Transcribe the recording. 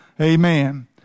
Amen